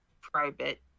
private